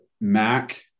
Mac